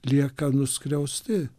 lieka nuskriausti